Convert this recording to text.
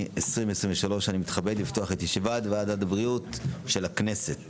20.06.2023. אני מתכבד לפתוח את ישיבת ועדת הבריאות של הכנסת